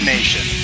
Nation